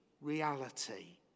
reality